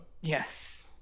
Yes